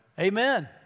Amen